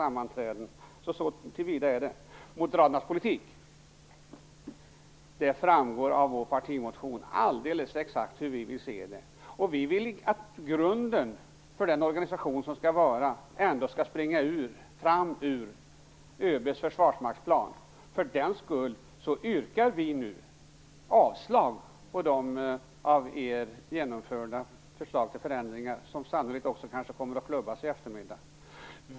Vad gäller Moderaternas politik vill jag säga att det framgår alldeles exakt av vår partimotion alldeles hur vi vill se det. Vi vill att grunden för organisationen ändå skall springa fram ur ÖB:s försvarsmaktsplan. För den skull yrkar vi nu avslag på era förslag till förändringar, som sannolikt också kommer att klubbas i eftermiddag.